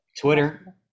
twitter